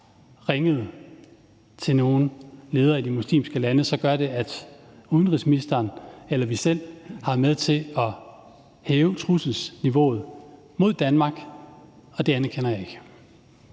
ringet til nogle ledere i de muslimske lande, så gør, at udenrigsministeren eller vi selv har været med til at hæve trusselsniveauet mod Danmark, og det anerkender jeg ikke.